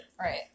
Right